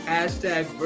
Hashtag